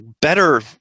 better